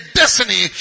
destiny